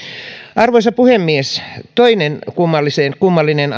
arvoisa puhemies toinen kummallinen